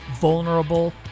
vulnerable